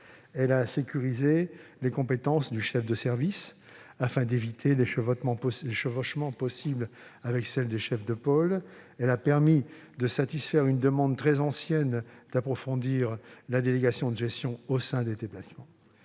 Elle a sécurisé les compétences du chef de service afin d'éviter tout chevauchement avec celles des chefs de pôle. Elle a fait droit à la demande très ancienne d'approfondir la délégation de gestion au sein de l'établissement.